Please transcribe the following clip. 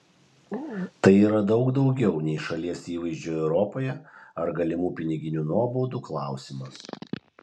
tai yra daug daugiau nei šalies įvaizdžio europoje ar galimų piniginių nuobaudų klausimas